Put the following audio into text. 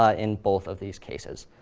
ah in both of these cases.